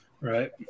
right